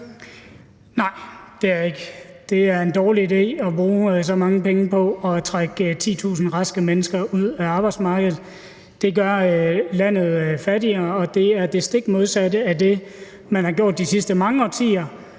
Nej, det er jeg ikke. Det er en dårlig idé at bruge så mange penge på at trække 10.000 raske mennesker ud af arbejdsmarkedet. Det gør landet fattigere, og det er det stik modsatte af det, man har gjort de sidste mange årtier.